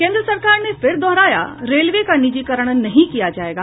केन्द्र सरकार ने फिर दोहराया रेलवे का निजीकरण नहीं किया जायेगा